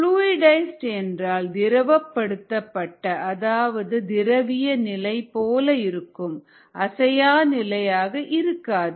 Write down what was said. fluidised என்றால் திரவப்படுத்தப்பட்ட அதாவது திரவிய நிலை போல இருக்கும் அசையா நிலையாக இருக்காது